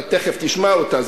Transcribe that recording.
אתה תיכף תשמע אותה,